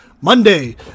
Monday